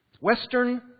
Western